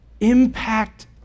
Impact